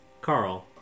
Carl